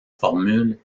formule